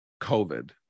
COVID